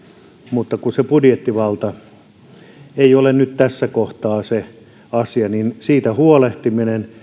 mutta kun se budjettivalta ei ole nyt tässä kohtaa se asia niin siitä pitää huolehtia